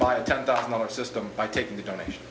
buy a ten dollar system by taking the donation